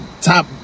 top